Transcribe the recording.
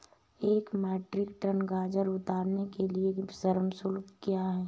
एक metric ton गाजर उतारने के लिए श्रम शुल्क क्या है?